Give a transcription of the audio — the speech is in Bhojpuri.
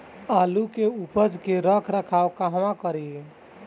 आलू के उपज के रख रखाव कहवा करी?